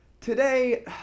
today